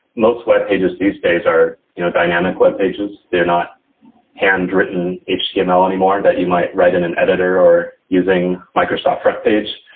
most webpages these days are you know dynamic webpages. they're not handwritten html you know anymore that you might write in an editor or using microsoft frontpage.